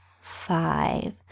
five